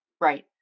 Right